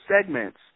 segments